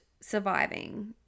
surviving